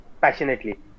passionately